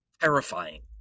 Terrifying